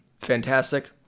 fantastic